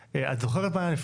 את זוכרת מה היה הנוהל של